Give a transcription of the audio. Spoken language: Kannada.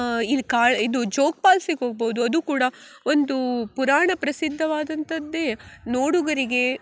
ಇದು ಕಾಳ್ ಇದು ಜೋಗ್ ಪಾಲ್ಸಿಗೆ ಹೋಗ್ಬೋದು ಅದು ಕೂಡ ಒಂದು ಪುರಾಣ ಪ್ರಸಿದ್ಧವಾದಂಥದ್ದೇ ನೋಡುಗರಿಗೆ